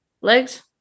legs